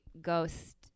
ghost